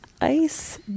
ice